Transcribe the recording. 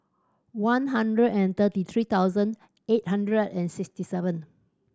one hundred and thirty three thousand eight hundred and sixty seven